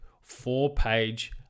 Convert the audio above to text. four-page